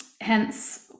Hence